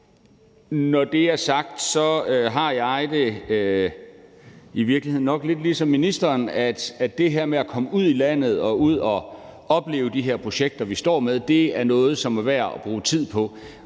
Når det er sagt, vil jeg sige, at jeg i virkeligheden nok har det lidt ligesom ministeren, nemlig at det her med at komme ud i landet og ud at opleve de her projekter, vi står med, er noget, som er værd at bruge tid på,